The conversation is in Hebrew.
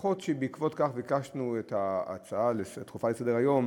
הדוחות שבעקבותיהם ביקשנו את ההצעה הדחופה לסדר-היום